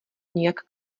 nijak